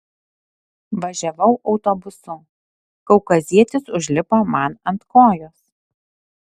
važiavau autobusu kaukazietis užlipo man ant kojos